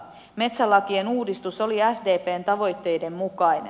metsälakien uudistus oli sdpn tavoitteiden mukainen